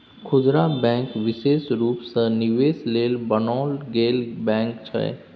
खुदरा बैंक विशेष रूप सँ निवेशक लेल बनाओल गेल बैंक छै